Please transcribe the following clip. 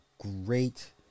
great